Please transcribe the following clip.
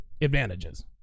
advantages